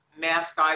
mask